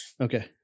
Okay